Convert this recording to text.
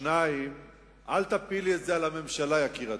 2. אל תפילי את זה על הממשלה, יקירתי,